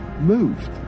Moved